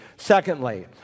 Secondly